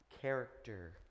character